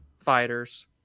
fighters